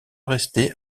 rester